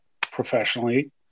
professionally